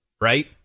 right